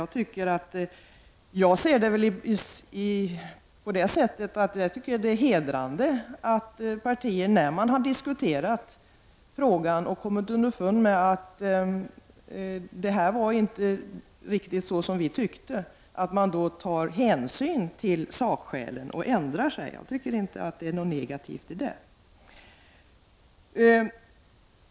Jag tycker att det är hedrande att partierna efter det att man har diskuterat frågan och kommit fram till att detta inte egentligen var vad man ansåg, då tar hänsyn till sakskälen och ändrar sig. Jag tycker inte att det finns något negativt i detta.